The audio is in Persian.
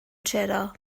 چرا